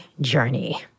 journey